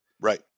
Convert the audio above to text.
right